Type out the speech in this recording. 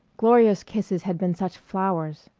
gloria's kisses had been such flowers.